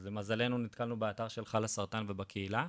אז למזלנו נתקלנו באתר של חלאסרטן ובקהילה,